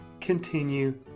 continue